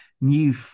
new